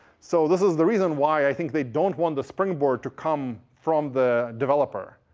so this is the reason why i think they don't want the springboard to come from the developer.